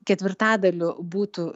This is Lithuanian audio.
ketvirtadaliu būtų